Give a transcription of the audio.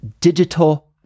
Digital